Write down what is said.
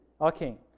Okay